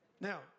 Now